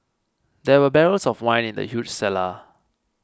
there were barrels of wine in the huge cellar